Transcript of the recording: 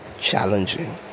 challenging